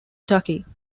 kentucky